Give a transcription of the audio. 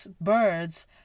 birds